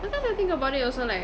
sometimes I think about it also like